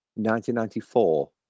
1994